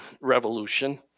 revolution